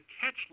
catch